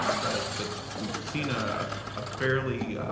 but but we've seen ah a fairly